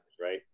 right